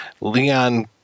Leon